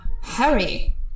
Hurry